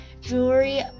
jewelry